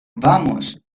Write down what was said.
vamos